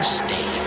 stay